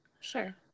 Sure